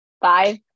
five